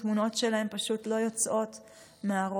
התמונות שלהם פשוט לא יוצאות מהראש,